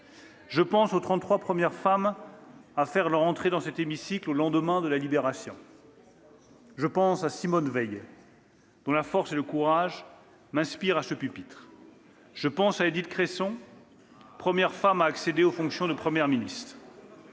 Je pense aux trente-trois premières femmes à faire leur entrée dans cet hémicycle au lendemain de la Libération. « Je pense à Simone Veil, dont la force et le courage m'inspirent à ce pupitre. « Je pense à Édith Cresson, première femme à accéder aux fonctions de Première ministre.